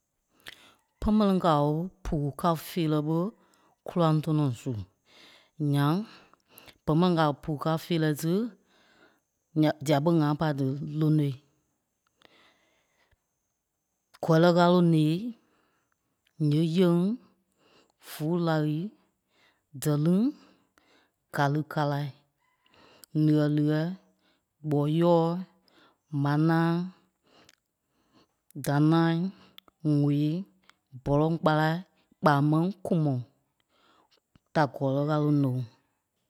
Pɛmɛlɛŋ kao puu káo feerɛ ɓé kóraŋ tɔnɔ su. Ǹyaŋ bɛmɛlɛŋ kao puu káo feerɛi tí, ǹya- dîa ɓé ŋãa pá dí lonoi. Gɔ́lɛ ɣaloŋ lee Nyéŋ yeŋ Vûu laɣii Dɛ́lɛŋ Gâli kalai Niɣɛ liɣɛi Gbɔɔyɔɔ̂i Manâai Danai ŋweei Bɔ̂rɔŋ kpálai kpaa máŋ Kùmɔŋ da Gɔ́lɛ ɣaloŋ loŋ